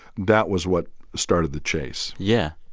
that was what started the chase yeah,